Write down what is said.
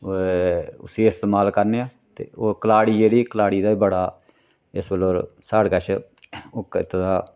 उसी इस्तेमाल करने आं ते ओह् कलाड़ी जेह्ड़ी कलाड़ी दा बी बड़ा इस बेल्लै साढ़े कश ओह् कीते दा